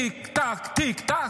תיק-תק, תיק-תק.